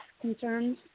concerns